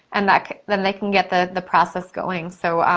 and like then they can get the the process going. so,